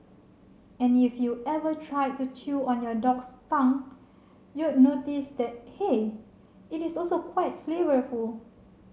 and if you ever tried to chew on your dog's tongue you'd notice that hey it is also quite flavourful